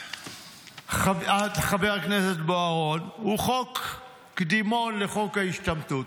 חבר הכנסת בוארון, הוא חוק קדימון לחוק ההשתמטות.